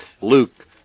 Luke